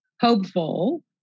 hopeful